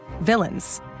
villains